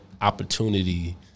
opportunity